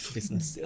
Business